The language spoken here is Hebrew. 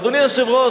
אדוני היושב-ראש,